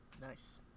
Nice